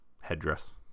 headdress